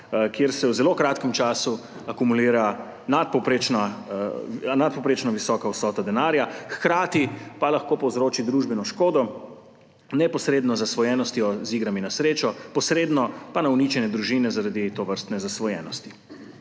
kjer se v zelo kratkem času akumulira nadpovprečno visoka vsota denarja, hkrati pa lahko povzroči družbeno škodo, neposredno z zasvojenostjo z igrami na srečo, posredno pa na uničenje družine zaradi tovrstne zasvojenosti.